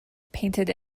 painted